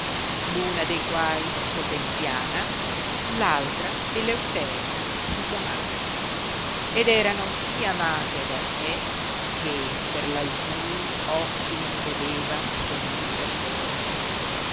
una de quai potenziana l'altra eleuteria si chiamava ed erano sì amate dal re che per l altrui occhi non vedeva se non per loro